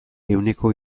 ehuneko